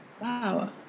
wow